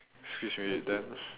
excuse me then